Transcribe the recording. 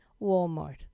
Walmart